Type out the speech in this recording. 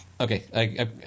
Okay